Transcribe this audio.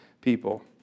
people